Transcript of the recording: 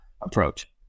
approach